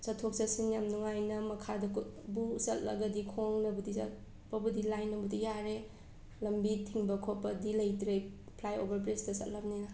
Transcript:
ꯆꯠꯊꯣꯛ ꯆꯠꯁꯤꯟ ꯌꯥꯝ ꯅꯨꯡꯉꯥꯏꯅ ꯃꯈꯥꯗ ꯕꯨ ꯆꯠꯂꯒꯗꯤ ꯈꯣꯡꯅꯕꯨꯗꯤ ꯆꯠꯄꯕꯨꯗꯤ ꯂꯥꯏꯅꯕꯨ ꯌꯥꯔꯦ ꯂꯝꯕꯤ ꯊꯤꯡꯕ ꯈꯣꯠꯄꯗꯤ ꯂꯩꯇ꯭ꯔꯦ ꯐ꯭ꯂꯥꯏ ꯑꯣꯚꯔ ꯕ꯭ꯔꯤꯖꯇ ꯆꯠꯂꯕꯅꯤꯅ